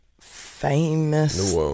famous